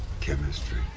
chemistry